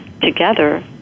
together